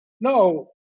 no